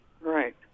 right